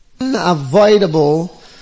Unavoidable